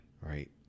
right